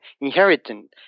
inheritance